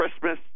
Christmas